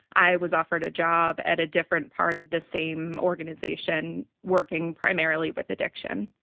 i was offered a job at a different part of the same organization, working primarily with addiction.